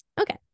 okay